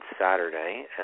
Saturday